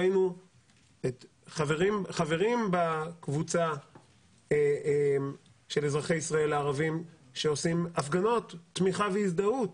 ראינו חברים בקבוצה של אזרחי ישראל הערבים שעושים הפגנות תמיכה והזדהות